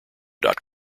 dot